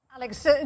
Alex